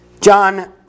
John